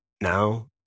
now